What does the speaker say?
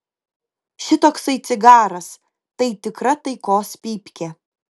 šitoksai cigaras tai tikra taikos pypkė